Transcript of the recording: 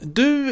du